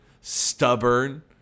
stubborn